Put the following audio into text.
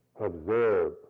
observe